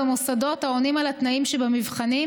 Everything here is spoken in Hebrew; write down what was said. במוסדות העונים על התנאים שבמבחנים,